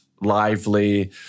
lively